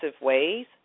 ways